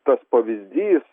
tas pavyzdys